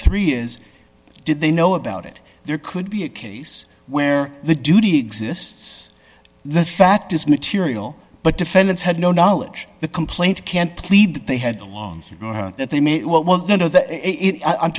three years did they know about it there could be a case where the duty exists the fact is material but defendants had no knowledge the complaint can't plead that they had all along that they may well i'm